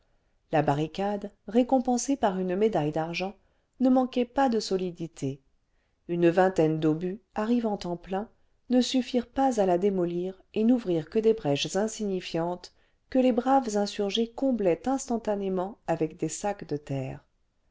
la barricade récompensée par une médaille d'argent ne manquait pas de solidité une vingtaine d'obus arrivant en plein ne suffirent pas à la démolir et n'ouvrirent que des brèches insignifiantes que les braves insurgés comblaieut instantanément avec des sacs de terre